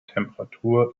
temperatur